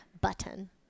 button